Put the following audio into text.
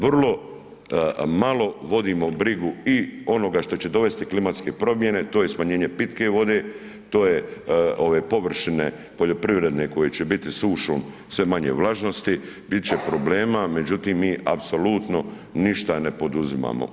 Vrlo malo vodimo brigu i onoga što će dovesti klimatske promjene, to je smanjenje pitke vode, to je ove površine poljoprivredne koje će biti sušom sve manje vlažnosti, bit će problema, međutim, mi apsolutno ništa ne poduzimamo.